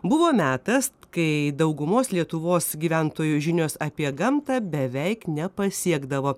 buvo metas kai daugumos lietuvos gyventojų žinios apie gamtą beveik nepasiekdavo